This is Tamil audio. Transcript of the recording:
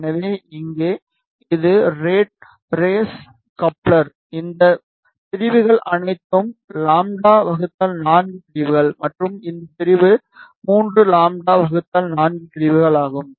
எனவே இங்கே இது ரேட் ரேஸ் கப்ளர் இந்த பிரிவுகள் அனைத்தும் λ4 பிரிவுகள் மற்றும் இந்த பிரிவு 3 λ4 பிரிவுகள் ஆகும்